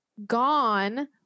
gone